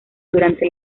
durante